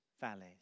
valleys